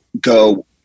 go